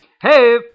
Hey